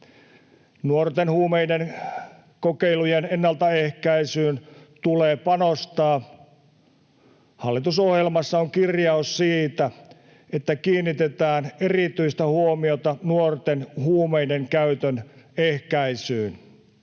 Nuorten huumekokeilujen ennaltaehkäisyyn tulee panostaa. Hallitusohjelmassa on kirjaus siitä, että kiinnitetään erityistä huomiota nuorten huumeiden käytön ehkäisyyn